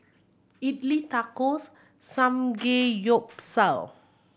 Idili Tacos Samgeyopsal